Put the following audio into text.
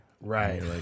Right